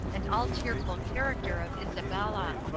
and all tearful character of isabella.